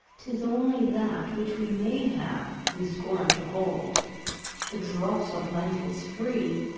tis only that which we may have we scorn to hold the dross of life is free,